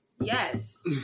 Yes